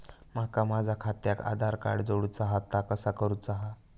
माका माझा खात्याक आधार कार्ड जोडूचा हा ता कसा करुचा हा?